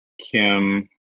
Kim